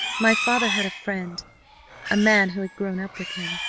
my father had a friend a man who had grown up with him,